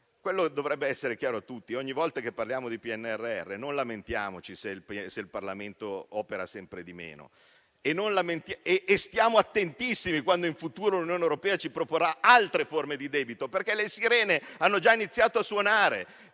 però dovrebbe essere chiaro a tutti, ogni volta che parliamo di PNRR, è di non lamentarci se il Parlamento opera sempre di meno. E stiamo attenti a quando, in futuro, l'Unione europea ci proporrà altre forme di debito, perché le sirene hanno già iniziato a suonare.